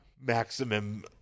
Maximum